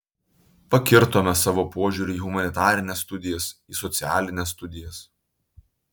pakirtome savo požiūriu į humanitarines studijas į socialines studijas